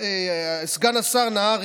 סגן השר נהרי,